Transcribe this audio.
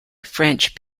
french